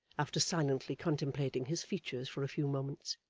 after silently contemplating his features for a few moments,